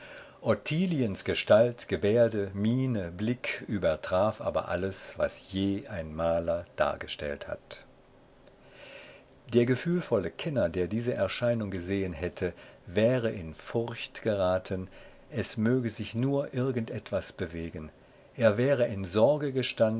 ottiliens gestalt gebärde miene blick übertraf aber alles was je ein maler dargestellt hat der gefühlvolle kenner der diese erscheinung gesehen hätte wäre in furcht geraten es möge sich nur irgend etwas bewegen er wäre in sorge